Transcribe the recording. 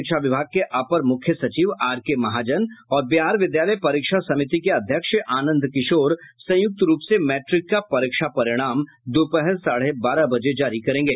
शिक्षा विभाग के अपर मुख्य सचिव आर के महाजन और बिहार विद्यालय परीक्षा समिति के अध्यक्ष आनंद किशोर संयुक्त रूप से मैट्रिक का परीक्षा परिणाम दोपहर साढ़े बारह बजे जारी करेंगे